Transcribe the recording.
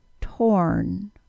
torn